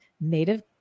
native